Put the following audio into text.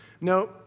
No